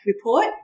report